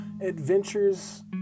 Adventures